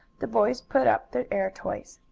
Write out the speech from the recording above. the boys put up their air-toys.